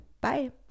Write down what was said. Bye